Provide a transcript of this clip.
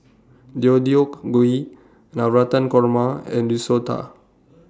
Deodeok Gui Navratan Korma and Risotto